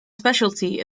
specialty